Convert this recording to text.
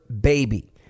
baby